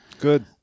good